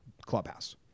clubhouse